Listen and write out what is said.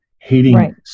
hating